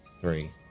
three